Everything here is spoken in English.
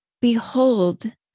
behold